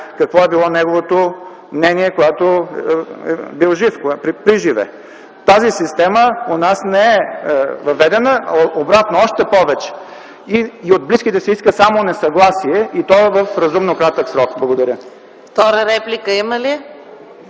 какво е било неговото мнение приживе. Тази система у нас не е въведена, а обратно - още повече, и от близките се иска само несъгласие, и то в разумно кратък срок. Благодаря.